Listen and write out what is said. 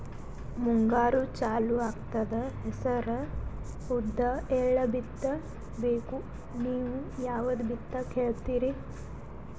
ಮುಂಗಾರು ಚಾಲು ಆಗ್ತದ ಹೆಸರ, ಉದ್ದ, ಎಳ್ಳ ಬಿತ್ತ ಬೇಕು ನೀವು ಯಾವದ ಬಿತ್ತಕ್ ಹೇಳತ್ತೀರಿ?